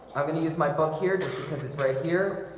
i'm going to use my book here because it's right here